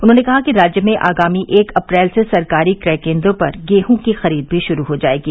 उन्होंने कहा कि राज्य में आगामी एक अप्रैल से सरकारी क्रय केंद्रों पर गेहूं की खरीद भी शुरू हो जाएगी